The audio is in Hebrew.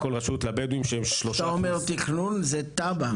כשאתה אומר תכנון, זה תב"ע?